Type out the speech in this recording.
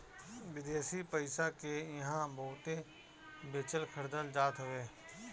विदेशी पईसा के इहां बहुते बेचल खरीदल जात हवे